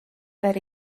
that